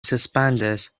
suspenders